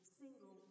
single